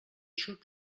xup